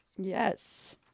Yes